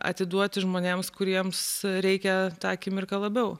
atiduoti žmonėms kuriems reikia tą akimirką labiau